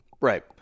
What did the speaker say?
Right